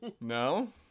No